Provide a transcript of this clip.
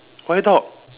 why dog